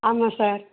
ஆமாம் சார்